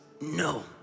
no